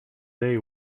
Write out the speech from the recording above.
they